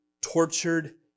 tortured